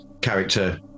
character